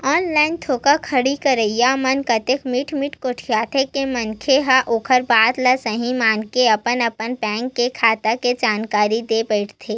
online धोखाघड़ी करइया मन अतेक मीठ मीठ गोठियाथे के मनखे ह ओखर बात ल सहीं मानके अपन अपन बेंक खाता के जानकारी ल देय बइठथे